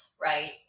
right